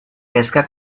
pesca